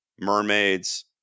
mermaids